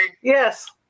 Yes